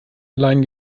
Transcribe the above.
allein